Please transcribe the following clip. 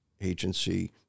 agency